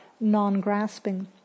non-grasping